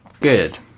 Good